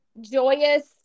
joyous